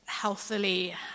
healthily